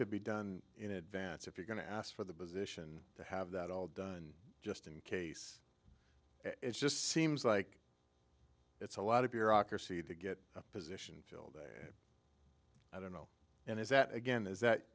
could be done in advance if you're going to ask for the position to have that all done just in case it just seems like it's a lot of bureaucracy to get a position i don't know and is that again is that